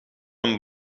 een